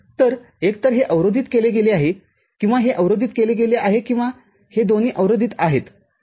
तर एकतर हे अवरोधित केले गेले आहे किंवा हे अवरोधित केले आहे किंवा हे दोन्ही अवरोधित आहेत बरोबर